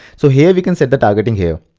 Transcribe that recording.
so here we can set the targeting here.